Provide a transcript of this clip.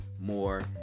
more